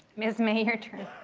ms. may, your turn.